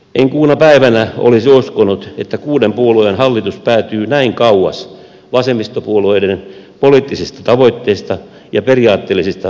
en kuuna päivänä olisi uskonut että kuuden puolueen hallitus päätyy näin kauas vasemmistopuolueiden poliittisista tavoitteista ja periaatteellisista lähtökohdista